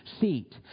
Seat